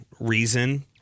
reason